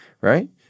right